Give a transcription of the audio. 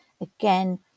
again